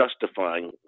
justifying